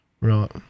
Right